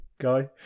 guy